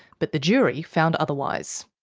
but the jury found otherwise.